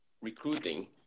recruiting